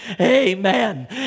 Amen